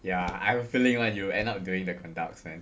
ya I have a feeling [one] you will end up doing the conducts man